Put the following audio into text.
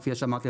כפי שאמרתי,